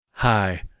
Hi